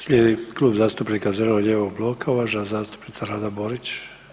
Slijedi Klub zastupnika zeleno-lijevog bloka, uvažena zastupnica Rada Borić.